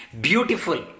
beautiful